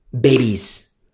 babies